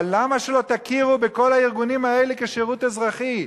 אבל למה שלא תכירו בכל הארגונים האלה כשירות אזרחי?